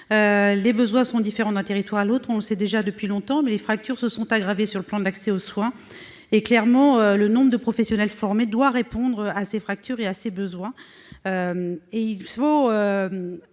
Les besoins sont différents d'un territoire à l'autre, on le sait déjà depuis longtemps, mais les fractures se sont aggravées sur le plan de l'accès aux soins et le nombre des professionnels formés doit clairement répondre à ces fractures et à ces besoins. Il faut